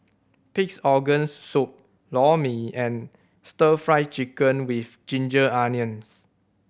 Pig's Organ Soup Lor Mee and Stir Fry Chicken with ginger onions